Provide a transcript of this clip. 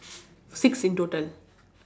six in total